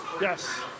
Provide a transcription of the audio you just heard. Yes